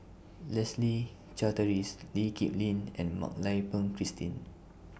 Leslie Charteris Lee Kip Lin and Mak Lai Peng Christine